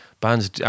Bands